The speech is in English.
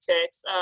text